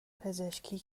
پزشکی